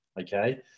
Okay